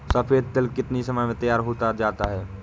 सफेद तिल कितनी समय में तैयार होता जाता है?